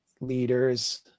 leaders